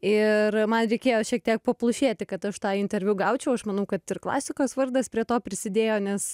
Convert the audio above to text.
ir man reikėjo šiek tiek paplušėti kad aš tą interviu gaučiau aš manau kad ir klasikos vardas prie to prisidėjo nes